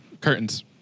curtains